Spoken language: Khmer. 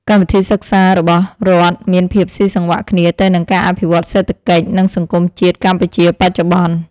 កម្មវិធីសិក្សារបស់រដ្ឋមានភាពស៊ីសង្វាក់គ្នាទៅនឹងការអភិវឌ្ឍន៍សេដ្ឋកិច្ចនិងសង្គមជាតិកម្ពុជាបច្ចុប្បន្ន។